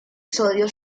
sodio